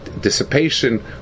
dissipation